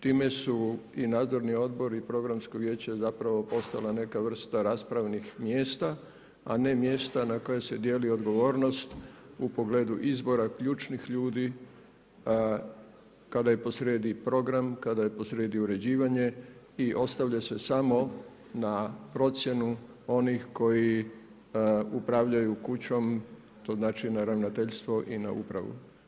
Time su i nadzorni odbor i programsko vijeće, zapravo postala neka vrsta raspravnih mjesta, a ne mjesta na koja se dijeli odgovornost, u pogledu izbora ključnih ljudi, kada je po sredi program, kada je po sredi uređivanje i ostavlja se samo na procjenu onih koji upravljaju kućom, to znači na ravnateljstvo i na upravu.